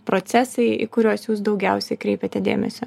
procesai į kuriuos jūs daugiausiai kreipiate dėmesį